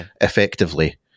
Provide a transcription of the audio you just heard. effectively